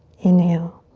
inhale.